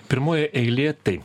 pirmoj eilėj tai